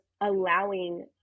allowing